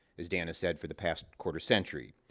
as dan has said, for the past quarter century.